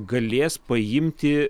galės paimti